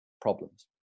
problems